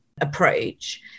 approach